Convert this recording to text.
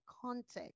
context